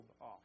off